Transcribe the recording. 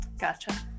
Gotcha